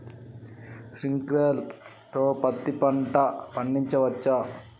Sprinkler తో పత్తి పంట పండించవచ్చా?